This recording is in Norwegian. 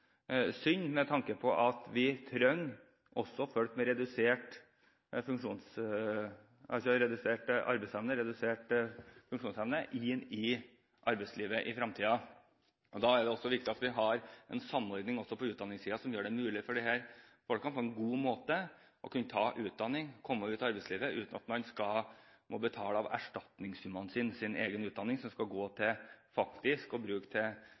synd, med tanke på at vi også trenger folk med redusert funksjons- og arbeidsevne i arbeidslivet i fremtiden. Da er det viktig at vi har en samordning også på utdanningssiden som gjør det mulig for disse menneskene å kunne ta utdanning på en god måte og komme seg ut i arbeidslivet, uten at de skal måtte betale sin egen utdanning av erstatningssummen, som faktisk skal gå til utstyr, hjelpemidler og